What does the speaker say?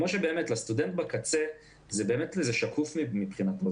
לסטודנט בקצה, זה שקוף מבחינתו.